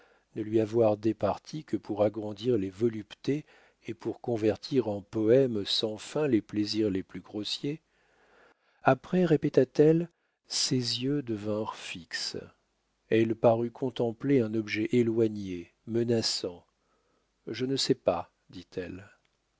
ne lui avoir départie que pour agrandir les voluptés et pour convertir en poèmes sans fin les plaisirs les plus grossiers après répéta-t-elle ses yeux devinrent fixes elle parut contempler un objet éloigné menaçant je ne sais pas dit-elle